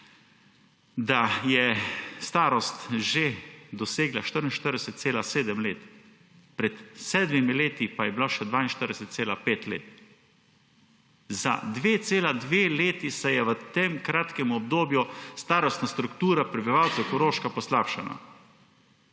starost je že dosegla 44,7 leta. Pred sedmimi leti pa je bila še 42,5 leta. Za dve celi dve leti se je v tem kratkem obdobju starostna struktura prebivalcev Koroške poslabšala.